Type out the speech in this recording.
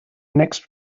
next